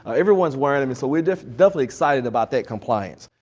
everyone's wearing them so we're definitely excited about that compliance.